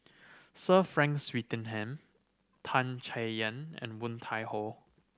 Sir Frank Swettenham Tan Chay Yan and Woon Tai Ho